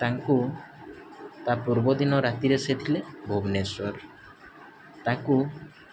ତାଙ୍କୁ ତା ପୂର୍ବଦିନ ରାତିରେ ସେ ଥିଲେ ଭୁବନେଶ୍ୱର ତାକୁ